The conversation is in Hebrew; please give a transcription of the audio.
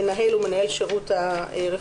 1940‏; המנהל הוא מנהל שירות הרפואה,